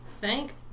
Thank